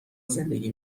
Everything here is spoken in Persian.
زندگی